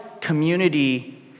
community